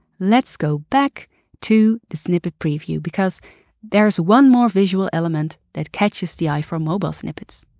let's go back to the snippet preview, because there is one more visual element that catches the eye for mobile snippets.